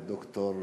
וד"ר,